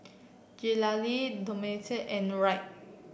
Galilea Domenico and Wright